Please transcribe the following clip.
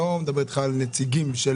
אני לא מדבר על נציגים של